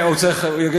צריך להגיש בקשה,